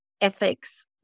ethics